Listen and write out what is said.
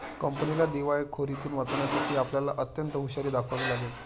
कंपनीला दिवाळखोरीतुन वाचवण्यासाठी आपल्याला अत्यंत हुशारी दाखवावी लागेल